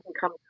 come